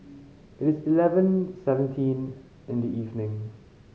it is eleven seventeen in the evening